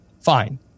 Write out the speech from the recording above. fine